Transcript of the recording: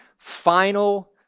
final